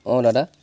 অঁ দাদা